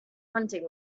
hunting